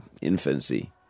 infancy